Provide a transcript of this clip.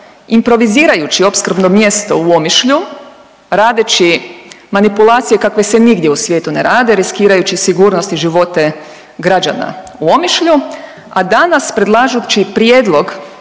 improvizirajući opskrbno mjesto u Omišlju, radeći manipulacije kakve se nigdje u svijetu ne rade, riskirajući sigurnost i živote građana u Omišlju, a danas predlažući prijedlog